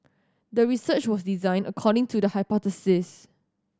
the research was designed according to the hypothesis